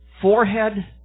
forehead